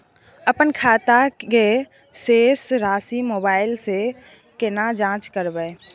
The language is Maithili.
अपन खाता के शेस राशि मोबाइल से केना जाँच करबै?